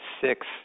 six